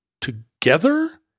together